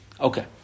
Okay